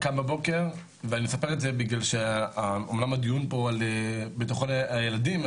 קם בבוקר אמנם הדיון פה על ביטחון הילדים,